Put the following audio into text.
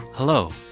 Hello